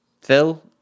Phil